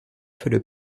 feuilles